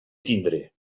tindre